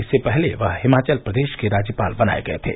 इससे पहले वह हिमाचल प्रदेश के राज्यपाल बनाए गये थे